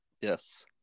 Yes